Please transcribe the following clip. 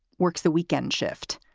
works the weekend shift,